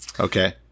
Okay